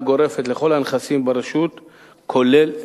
גורפת לכל הנכסים ברשות כולל למגורים.